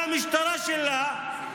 על המשטרה שלה,